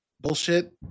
bullshit